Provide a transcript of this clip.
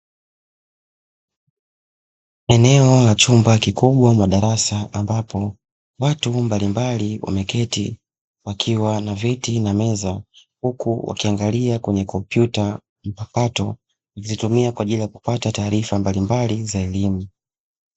Eneo la chumba kikubwa madarasa ambapo watu mbalimbali wameketi wakiwa na viti na meza, huku wakiangalia kwenye kompyuta mpakato wakizitumia kwaajili ya kupata taarifa mbalimbali za elimu.